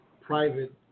private